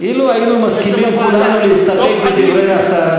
אילו היינו מסכימים כולנו להסתפק בדברי השר,